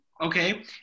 Okay